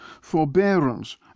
forbearance